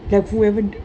ya whoever